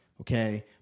Okay